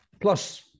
Plus